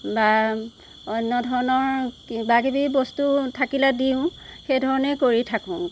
বা অন্য ধৰণৰ কিবা কিবি বস্তু থাকিলে দিওঁ সেই ধৰণেই কৰি থাকো